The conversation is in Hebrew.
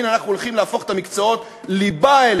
הנה אנחנו הולכים להפוך את מקצועות הליבה האלה,